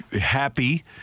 happy